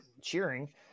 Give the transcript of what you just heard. cheering